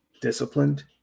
disciplined